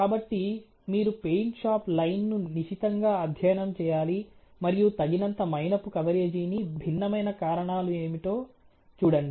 కాబట్టి మీరు paint shop line ను నిశితంగా అధ్యయనం చేయాలి మరియు తగినంత మైనపు కవరేజీకి భిన్నమైన కారణాలు ఏమిటో చూడండి